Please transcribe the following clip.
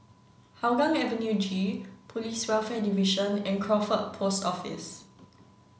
Hougang Avenue G Police Welfare Division and Crawford Post Office